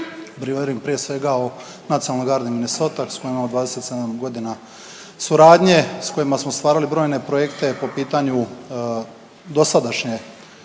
prije svega o Nacionalnoj gardi Minnisota s kojima imamo 27.g. suradnje, s kojima smo stvarali brojne projekte po pitanju dosadašnje,